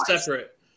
separate